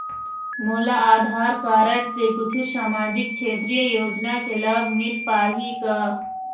मोला आधार कारड से कुछू सामाजिक क्षेत्रीय योजना के लाभ मिल पाही का?